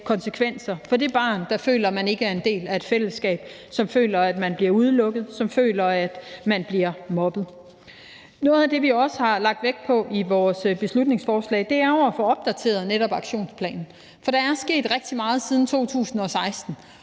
konsekvenser for det barn, der føler, at man ikke er en del af et fællesskab, som føler, at man bliver udelukket, som føler, at man bliver mobbet. Noget af det, vi også har lagt vægt på i vores beslutningsforslag, er at få opdateret netop aktionsplanen, for der er jo sket rigtig meget siden 2016.